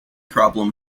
problem